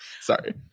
sorry